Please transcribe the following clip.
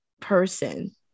person